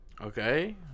Okay